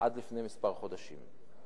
עד לפני חודשים מספר.